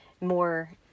more